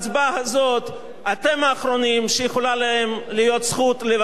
שיכולה להיות להם זכות לבקר או להצביע נגד,